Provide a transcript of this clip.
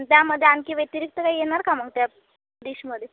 आणि त्यामध्ये आणखी व्यतिरिक्त काही येणार का मग त्या डिशमध्ये